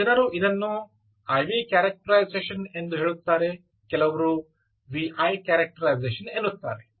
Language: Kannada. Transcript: ಕೆಲವು ಜನರು ಇದನ್ನು IV ಕ್ಯಾರೆಕ್ಟರೈಸೇಶನ್ ಎಂದು ಹೇಳುತ್ತಾರೆ ಕೆಲವರು VI ಕ್ಯಾರೆಕ್ಟರೈಸೇಶನ್ ಎನ್ನುತ್ತಾರೆ